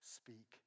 speak